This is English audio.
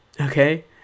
okay